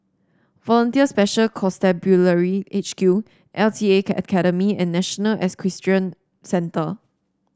Volunteer Special Constabulary H Q L T A Academy and National Equestrian Centre